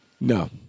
No